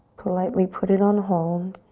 politely put it on hold.